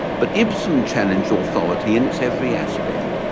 but ibsen challenged authority in its every aspect.